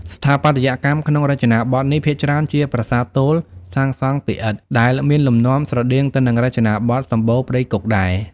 ស្ថាបត្យកម្មក្នុងរចនាបថនេះ ភាគច្រើនជាប្រាសាទទោល សាងសង់ពីឥដ្ឋ ដែលមានលំនាំស្រដៀងទៅនឹងរចនាបថសម្បូណ៍ព្រៃគុកដែរ។